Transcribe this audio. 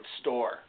store